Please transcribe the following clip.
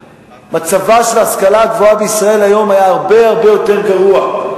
מצבה של ההשכלה הגבוהה היה הרבה הרבה יותר גרוע.